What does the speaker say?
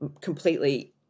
completely